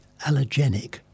allergenic